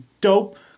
Dope